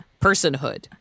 personhood